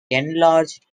enlarged